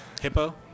Hippo